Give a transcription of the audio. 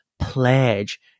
pledge